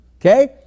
Okay